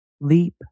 leap